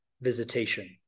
visitation